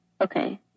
okay